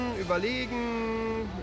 überlegen